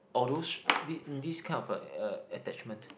although s~ thi~ this kind of uh uh attachments